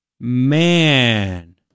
Man